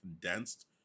condensed